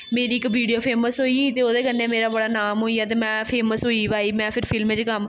मेरी इक video famous होई ते ओह्दे कन्नै मेरा बड़ा नाम होई गेआ ते में फेमस होई गेई ते में फिर फिल्में च कम्म